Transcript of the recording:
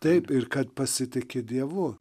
taip ir kad pasitiki dievu